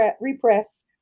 repressed